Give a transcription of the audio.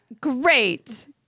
Great